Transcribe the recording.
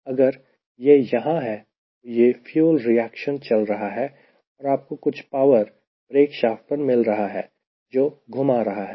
अगर यह यहां है तो यह फ्यूल रिएक्शन चल रहा है और आपको कुछ पावर ब्रेक शाफ्ट पर मिल रहा है जो घुमा रहा है